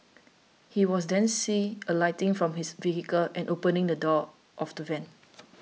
he was then see alighting from his vehicle and opening the door of the van